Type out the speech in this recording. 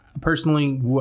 personally